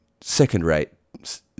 second-rate